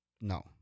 no